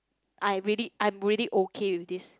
I really I'm really okay with this